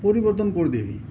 পৰিৱৰ্তন কৰি দিবি